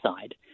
side